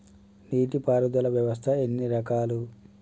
నీటి పారుదల వ్యవస్థ ఎన్ని రకాలు?